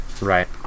Right